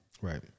Right